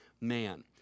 man